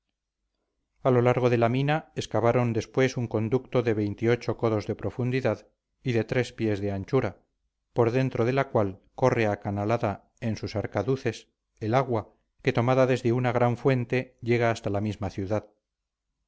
a lo largo de la mina excavaron después un conducto de codos de profundidad y de tres pies de anchura por dentro de la cual corre acanalada en sus arcaduces el agua que tomada desde una gran fuerte llega hasta la misma ciudad